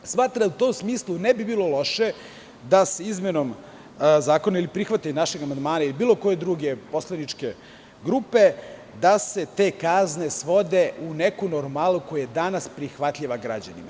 Smatram da u tom smislu ne bi bilo loše da se izmenom zakona ili prihvatanjem našeg amandmana ili bilo koje druge poslaničke grupe te kazne svode u neku normalu koja je danas prihvatljiva građanima.